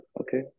okay